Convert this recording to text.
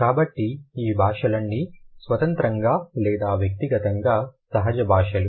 కాబట్టి ఈ భాషలన్నీ స్వతంత్రంగా లేదా వ్యక్తిగతంగా సహజ భాషలు